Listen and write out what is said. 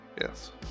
Yes